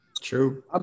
True